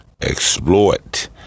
exploit